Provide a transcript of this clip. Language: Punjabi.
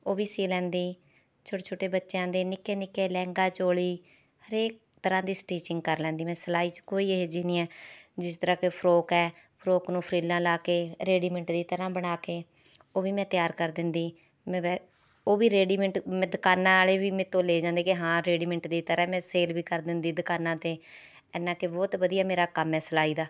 ਉਹ ਵੀ ਸੀਅ ਲੈਂਦੀ ਛੋਟੇ ਛੋਟੇ ਬੱਚਿਆਂ ਦੇ ਨਿੱਕੇ ਨਿੱਕੇ ਲਹਿੰਗਾ ਚੋਲੀ ਹਰੇਕ ਤਰ੍ਹਾਂ ਦੀ ਸਟੀਚਿੰਗ ਕਰ ਲੈਂਦੀ ਮੈਂ ਸਿਲਾਈ 'ਚ ਕੋਈ ਇਹੋ ਜਿਹੀ ਨਹੀਂ ਹੈ ਜਿਸ ਤਰ੍ਹਾਂ ਕਿ ਫਰੋਕ ਹੈ ਫਰੋਕ ਨੂੰ ਫਰਿੱਲਾਂ ਲਾ ਕੇ ਰੇਡੀਮੈਟ ਦੀ ਤਰ੍ਹਾਂ ਬਣਾ ਕੇ ਉਹ ਵੀ ਮੈਂ ਤਿਆਰ ਕਰ ਦਿੰਦੀ ਉਹ ਵੀ ਰੇਡੀਮੇਟ ਦੁਕਾਨਾਂ ਵਾਲੇ ਵੀ ਮੇਰੇ ਤੋਂ ਲੈ ਜਾਂਦੇ ਕਿ ਹਾਂ ਰੇਡੀਮੇਟ ਦੀ ਤਰ੍ਹਾਂ ਮੈਂ ਸੇਲ ਵੀ ਕਰ ਦਿੰਦੀ ਦੁਕਾਨਾਂ 'ਤੇ ਐਨਾ ਕਿ ਬਹੁਤ ਵਧੀਆ ਮੇਰਾ ਕੰਮ ਆ ਸਿਲਾਈ ਦਾ